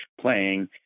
playing